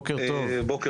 בוקר טוב לכולם.